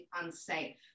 unsafe